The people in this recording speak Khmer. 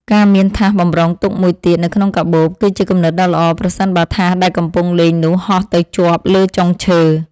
ការមានថាសបម្រុងទុកមួយទៀតនៅក្នុងកាបូប គឺជាគំនិតដ៏ល្អប្រសិនបើថាសដែលកំពុងលេងនោះហោះទៅជាប់លើចុងឈើ។